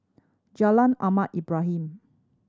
Jalan Ahmad Ibrahim